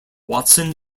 watson